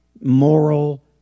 moral